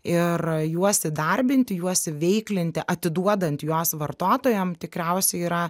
ir juos įdarbinti juos įveiklinti atiduodant juos vartotojam tikriausiai yra